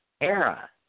era